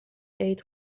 عید